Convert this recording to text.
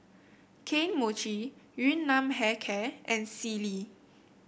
Kane Mochi Yun Nam Hair Care and Sealy